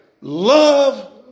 love